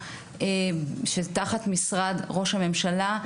תחת משרד ראש הממשלה,